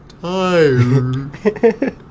tired